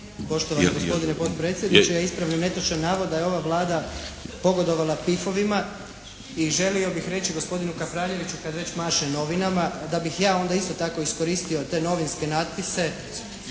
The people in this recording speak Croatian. Poštovani gospodine potpredsjedniče! Ispravio bi netočan navod da je ova Vlada pogodovala PIF-ovima i želio bih reći gospodinu Kapraljeviću kad već maše novinama, da bi ja onda isto tako iskoristio te novinske natpise